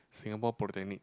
Singapore Polytechnic